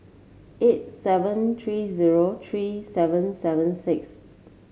eight seven three zero three seven seven six